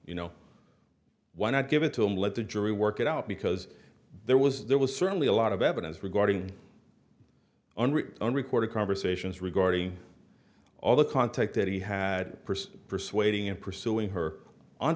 you know why not give it to him let the jury work it out because there was there was certainly a lot of evidence regarding recorded conversations regarding all the contact that he had pursued persuading in pursuing her on